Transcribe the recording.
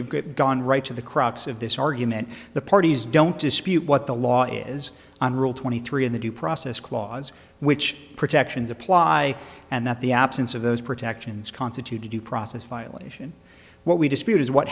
get gone right to the crux of this argument the parties don't dispute what the law is on rule twenty three of the due process clause which protections apply and that the absence of those protections constitute to due process violation what we dispute is what